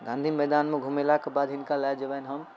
गाँधी मैदानमे घुमेलाके बाद हिनका लऽ जेबनि हम